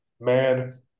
man